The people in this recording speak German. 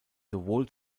sowohl